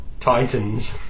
Titans